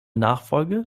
nachfolge